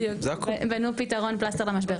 בדיוק, בנו פתרון פלסטר למשבר.